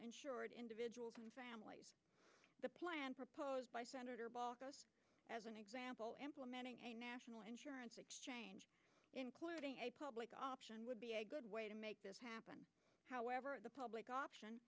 insured individuals and families the plan proposed by senator baucus as an example implementing a national insurance exchange including a public option would be a good way to make this happen however the public option